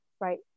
right